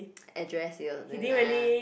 address !aiya!